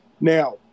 Now